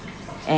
and